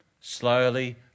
slowly